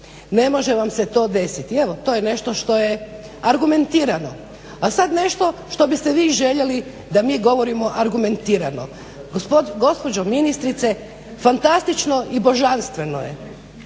Ne može vam se to desiti i evo to je nešto što je argumentirano. A sada nešto što biste vi željeli da mi govorimo argumentirano. Gospođo ministrice, fantastično je i božanstveno je